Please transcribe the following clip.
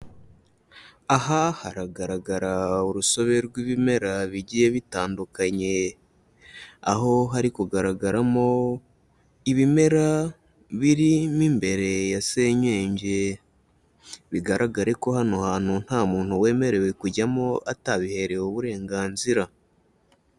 Aha haragaragara urusobe rw'ibimera bigiye bitandukanye, aho hari kugaragaramo ibimera biri mo imbere ya senyenge, bigaragare ko hano hantu nta muntu wemerewe kujyamo atabiherewe uburenganzira.